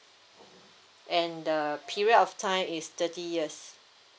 and the period of time is thirty years